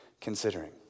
considering